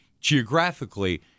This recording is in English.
geographically